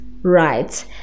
right